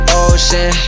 ocean